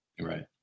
Right